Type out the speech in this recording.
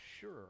sure